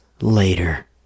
later